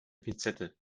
pinzette